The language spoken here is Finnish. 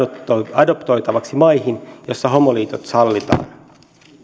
adoptoitavaksi maihin joissa homoliitot sallitaan